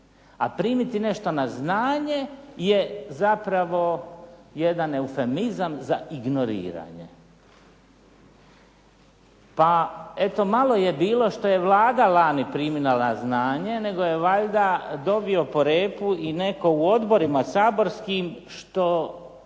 a primiti nešto na znanje je zapravo jedan eufemizam za ignoriranje. Pa eto malo je bilo što je Vladi lani primila lani na znanje nego je valjda netko dobio po repu i netko u odborima saborskim što